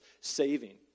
saving